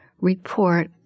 report